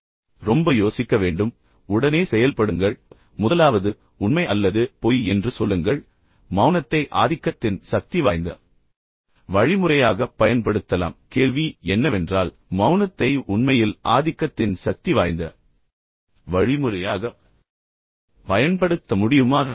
எனவே ரொம்ப யோசிக்க வேண்டும் உடனே செயல்படுங்கள் முதலாவது உண்மை அல்லது பொய் என்று சொல்லுங்கள் மௌனத்தை ஆதிக்கத்தின் சக்திவாய்ந்த வழிமுறையாகப் பயன்படுத்தலாம் கேள்வி என்னவென்றால் மௌனத்தை உண்மையில் ஆதிக்கத்தின் சக்திவாய்ந்த வழிமுறையாகப் பயன்படுத்த முடியுமா